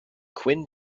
quinn